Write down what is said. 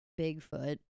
Bigfoot